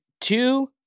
two